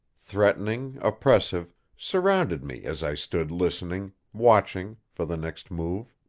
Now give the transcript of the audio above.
threatening, oppressive, surrounded me as i stood listening, watching, for the next move.